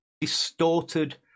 distorted